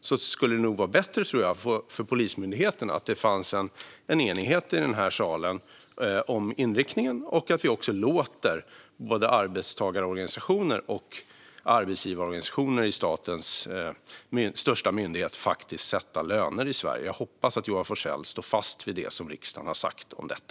Det vore nog bättre för Polismyndigheten att det finns en enighet i den här salen om inriktningen och att vi låter både arbetstagarorganisationer och arbetsgivarorganisationer i statens största myndighet sätta löner i Sverige. Jag hoppas att Johan Forssell står fast vid det som riksdagen har sagt om detta.